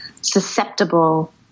susceptible